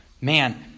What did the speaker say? man